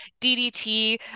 DDT